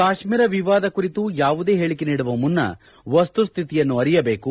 ಕಾಶ್ಮೀರ ವಿವಾದ ಕುರಿತು ಯಾವುದೇ ಹೇಳಿಕೆ ನೀಡುವ ಮುನ್ನ ವಸ್ತುಸ್ತಿತಿಯನ್ನು ಅರಿಯಬೇಕು